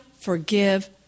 forgive